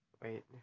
Wait